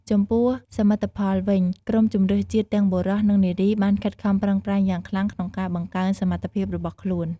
ចំពោះសមិទ្ធផលវិញ ក្រុមជម្រើសជាតិទាំងបុរស និងនារីបានខិតខំប្រឹងប្រែងយ៉ាងខ្លាំងក្នុងការបង្កើនសមត្ថភាពរបស់ខ្លួន។